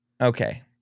Okay